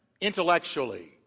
intellectually